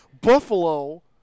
Buffalo